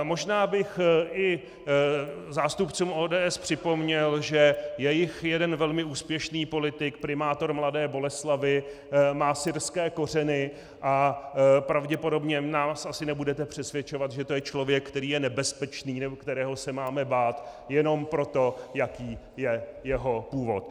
Možná bych i zástupcům ODS připomněl, že i jejich jeden velmi úspěšný politik, primátor Mladé Boleslavi, má syrské kořeny a pravděpodobně nás asi nebudete přesvědčovat, že to je člověk, který je nebezpečný, člověk, kterého se máme bát jenom proto, jaký je jeho původ.